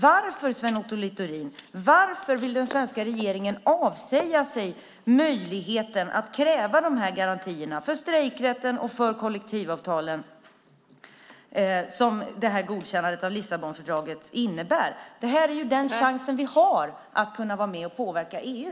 Varför, Sven Otto Littorin, vill den svenska regeringen avsäga sig möjligheten att kräva de här garantierna för strejkrätten och kollektivavtalen i samband med godkännandet av Lissabonfördraget? Det här är den chans vi har att vara med och påverka EU.